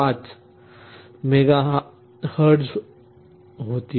5MHz होती